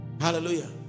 hallelujah